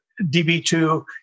DB2